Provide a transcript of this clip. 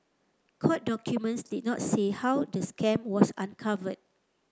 court documents did not say how the scam was uncovered